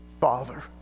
Father